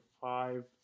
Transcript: five